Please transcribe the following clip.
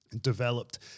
developed